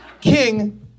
King